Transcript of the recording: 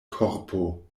korpo